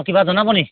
কিবা জনাব নেকি